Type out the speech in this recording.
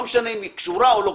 לא משנה אם היא קשורה או לא.